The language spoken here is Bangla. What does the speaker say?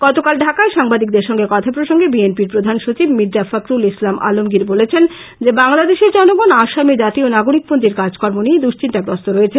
গতকাল ঢাকায় সাংবাদিকদের সঙ্গে কথাপ্রসঙ্গে বি এন পির প্রধান সচিব মির্জা ফকরুল ইসলাম আলমগীর বলেছেন যে বাংলাদেশের জনগণ আসামে জাতীয় নাগরিক পঞ্জীর কাজকর্ম নিয়ে দুশ্চিন্তাগ্রস্ত রয়েছেন